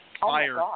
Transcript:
fire